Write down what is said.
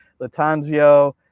Latanzio